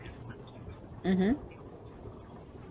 mmhmm